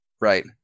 Right